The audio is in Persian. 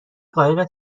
قایق